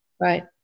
Right